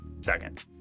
Second